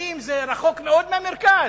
נוקדים זה רחוק מאוד מהמרכז?